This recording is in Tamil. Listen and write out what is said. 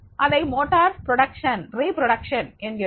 அதை மோட்டார் ரிபுரோடக்சன் என்கிறோம்